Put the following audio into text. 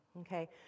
Okay